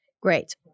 great